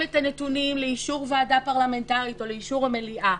את הנתונים לאישור ועדה פרלמנטרית או לאישור המליאה,